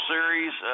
Series